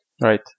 Right